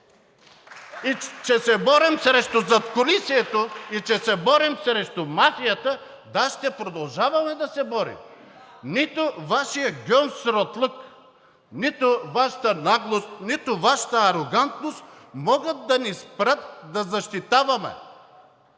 и че се борим срещу задкулисието, и че се борим срещу мафията, да, ще продължаваме да се борим. Нито Вашият гьонсуратлък, нито Вашата наглост, нито Вашата арогантност могат да ни спрат да защитаваме